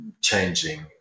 changing